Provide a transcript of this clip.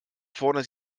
vorne